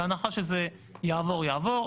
בהנחה שזה יעבור יעבור,